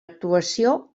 actuació